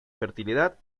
fertilidad